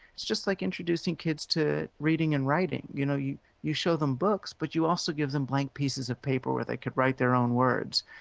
it's just like introducing kids to reading and writing, you know, you you show them books, but you also give them blank pieces of paper where they could write their own words.